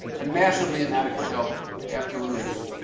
and massively inadequate help after release.